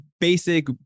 basic